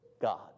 God